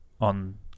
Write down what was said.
on